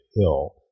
hill